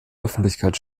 öffentlichkeit